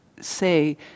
say